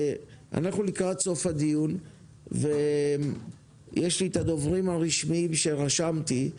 אנחנו לקראת סוף הדיון ויש לי את הדוברים הרשמיים שרשמתי.